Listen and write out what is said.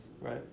Right